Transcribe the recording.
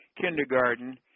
kindergarten